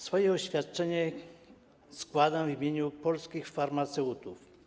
Swoje oświadczenie składam w imieniu polskich farmaceutów.